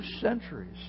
centuries